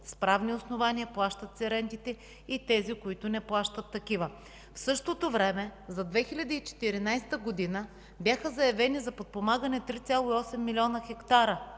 правни основания – плащат си рентите и тези, които не плащат такива. В същото време за 2014 г.бяха заявени за подпомагане 3,8 млн. хектара